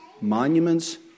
monuments